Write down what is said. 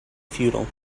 futile